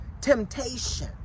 temptation